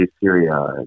Syria